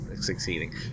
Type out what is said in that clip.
succeeding